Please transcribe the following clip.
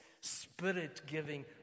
spirit-giving